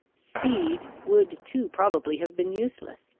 speed would too probably have been useless.